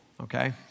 Okay